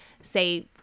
say